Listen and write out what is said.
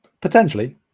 Potentially